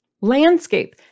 landscape